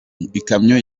ikamyo